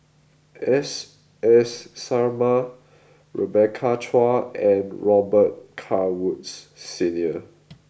S S Sarma Rebecca Chua and Robet Carr Woods Senior